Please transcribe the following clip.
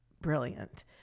brilliant